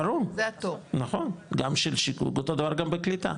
ברור, נכון, גם של שיכון, אותו דבר גם בקליטה.